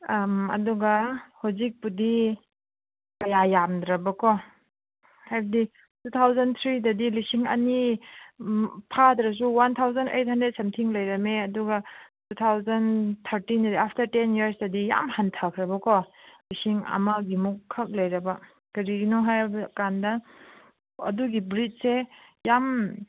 ꯎꯝ ꯑꯗꯨꯒ ꯍꯧꯖꯨꯤꯛꯄꯨꯗꯤ ꯀꯌꯥ ꯌꯥꯝꯗ꯭ꯔꯕꯀꯣ ꯍꯥꯏꯕꯗꯤ ꯇꯨ ꯊꯥꯎꯖꯟ ꯊ꯭ꯔꯤꯗꯗꯤ ꯂꯤꯁꯤꯡ ꯑꯅꯤ ꯐꯥꯗ꯭ꯔꯁꯨ ꯋꯥꯟ ꯊꯥꯎꯖꯟ ꯑꯩꯠ ꯍꯟꯗ꯭ꯔꯦꯗ ꯁꯝꯊꯤꯡ ꯂꯩꯔꯃꯃꯦ ꯑꯗꯨꯒ ꯇꯨ ꯊꯥꯎꯖꯟ ꯊꯥꯔꯇꯤꯟꯗꯗꯤ ꯑꯥꯐꯇꯔ ꯇꯦꯟ ꯏꯌꯔꯁꯇꯗꯤ ꯌꯥꯝ ꯍꯟꯊꯈ꯭ꯔꯕꯀꯣ ꯁꯤꯁꯤꯡ ꯑꯃꯒꯤ ꯃꯨꯛ ꯈꯛ ꯂꯩꯔꯕ ꯀꯔꯤꯒꯤꯅꯣ ꯍꯥꯏꯕ ꯀꯥꯟꯗ ꯑꯗꯨꯒꯤ ꯕ꯭ꯔꯤꯠꯁꯦ ꯌꯥꯝ